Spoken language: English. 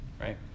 right